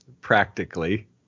practically